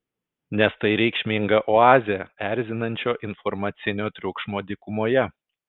nes tai reikšminga oazė erzinančio informacinio triukšmo dykumoje